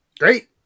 Great